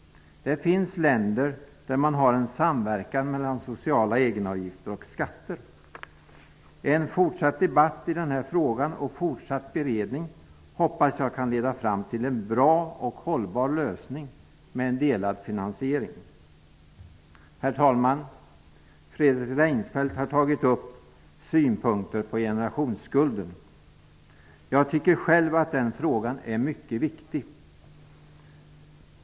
Det finns länder där man har en samverkan mellan sociala egenavgifter och skatter. En fortsatt debatt och beredning i denna fråga hoppas jag kan leda fram till en bra och hållbar lösning med en delad finansiering. Herr talman! Fredrik Reinfeldt har tagit upp synpunkter på generationsskulden. Jag tycker själv att den frågan är mycket viktig.